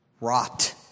rot